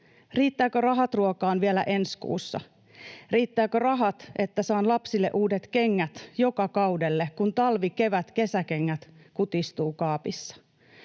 Riittääkö rahat ruokaan vielä ensi kuussa? Riittääkö rahat, että saan lapsille uudet kengät joka kaudelle, kun talvi-, kevät-, kesäkengät kutistuvat kaapissa?